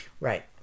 Right